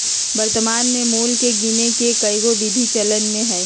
वर्तमान मोल के गीने के कएगो विधि चलन में हइ